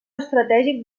estratègic